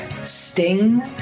sting